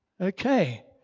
Okay